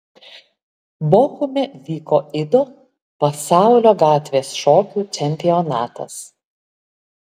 bochume vyko ido pasaulio gatvės šokių čempionatas